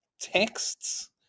texts